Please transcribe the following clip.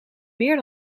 meer